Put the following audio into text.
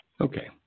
Okay